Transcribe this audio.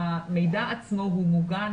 המידע עצמו הוא מוגן,